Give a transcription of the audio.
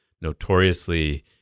notoriously